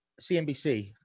CNBC